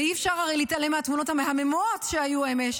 והרי אי-אפשר להתעלם מהתמונות המהממות שהיו אמש,